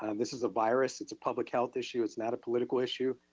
and this is a virus, it's a public health issue. it's not a political issue.